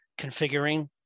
configuring